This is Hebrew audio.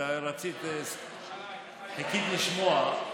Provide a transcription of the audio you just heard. רצית וחיכית לשמוע.